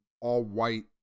all-white